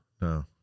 No